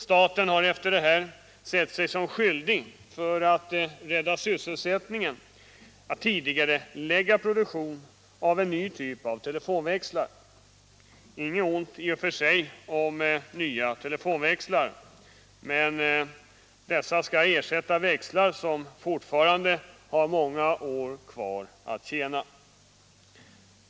Staten har efter detta sett sig som skyldig, för att rädda sysselsättningen, att tidigarelägga produktion av en ny typ av telefonväxlar. Inget ont i och för sig om nya telefonväxlar, men dessa skall ersätta växlar som fortfarande har många år kvar att tjäna.